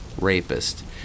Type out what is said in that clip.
Rapist